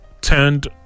turned